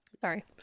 Sorry